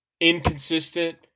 inconsistent